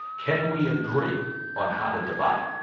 can we agree on how to divide